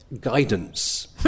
guidance